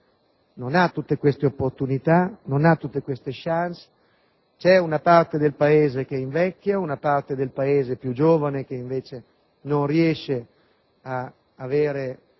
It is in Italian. non ha tutte queste opportunità, non ha tutte queste *chance*. C'è una parte del Paese che invecchia e una parte del Paese più giovane, che invece non riesce ad avere